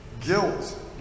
guilt